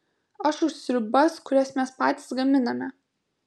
aš už sriubas kurias mes patys gaminame